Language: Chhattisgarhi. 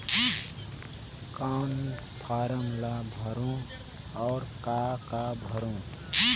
कौन फारम ला भरो और काका भरो?